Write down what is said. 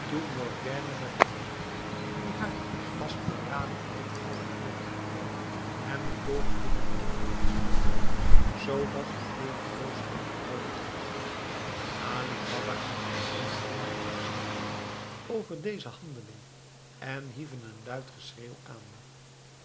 morgiane met een moed die haar vastberadenheid alle eer aandeed hem den dolk midden in t hart stootte zoodat hij levenloos achterover zonk ali baba en zijn zoon stonden verslagen over deze handeling en hieven een luid geschreeuw aan